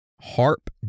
HARP